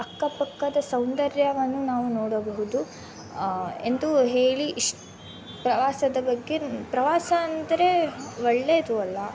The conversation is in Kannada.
ಅಕ್ಕಪಕ್ಕದ ಸೌಂದರ್ಯವನ್ನು ನಾವು ನೋಡಬಹುದು ಎಂದು ಹೇಳಿ ಇಶ್ ಪ್ರವಾಸದ ಬಗ್ಗೆ ಪ್ರವಾಸ ಅಂದರೆ ಒಳ್ಳೆಯದು ಅಲ್ಲಾ